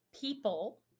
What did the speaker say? people